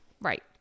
Right